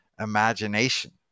imagination